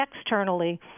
externally